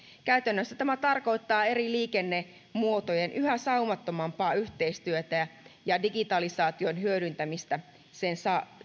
käytännössä tämä tarkoittaa eri liikennemuotojen yhä saumattomampaa yhteistyötä ja digitalisaation hyödyntämistä sen